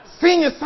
Senior